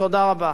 תודה רבה.